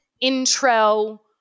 intro